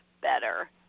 better